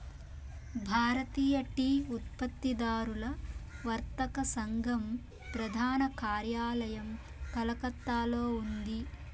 భారతీయ tea ఉత్పత్తిదారుల వర్తక సంఘం ప్రధాన కార్యాలయం కలకత్తాలో ఉంది